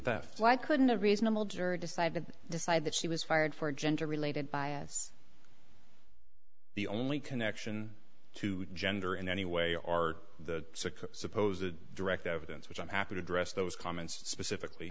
why couldn't a reasonable juror decide to decide that she was fired for gender related bias the only connection to gender in any way are the supposed to direct evidence which i'm happy to address those comments specifically